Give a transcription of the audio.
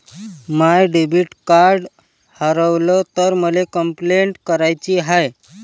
माय debit card हारवल तर मले कंपलेंट कराची हाय